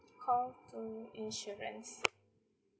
call two insurance